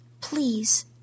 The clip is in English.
Please